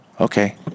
Okay